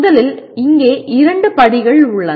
முதலில் இங்கே இரண்டு படிகள் உள்ளன